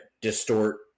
distort